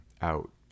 out